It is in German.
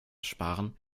sparen